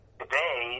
today